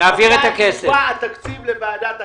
מתי יובא התקציב לוועדת הכספים?